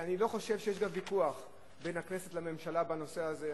אני לא חושב שיש גם ויכוח בין הכנסת לממשלה בנושא הזה.